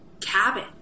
cabin